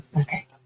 Okay